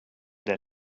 der